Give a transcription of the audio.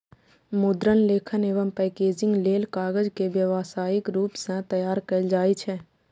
मुद्रण, लेखन एवं पैकेजिंग लेल कागज के व्यावसायिक रूप सं तैयार कैल जाइ छै